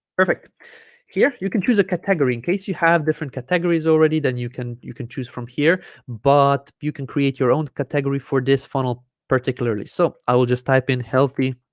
perfect here you can choose a category in case you have different categories already then you can you can choose from here but you can create your own category for this funnel particularly so i will just type in healthy